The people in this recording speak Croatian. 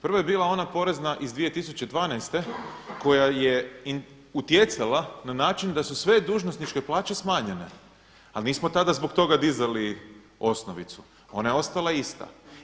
Prva je bila ona porezna iz 2012. koja je utjecala na način da su sve dužnosničke plaće smanjene, ali nismo tada zbog toga dizali osnovicu, ona je ostala ista.